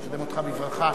אני מקדם אותך בברכה.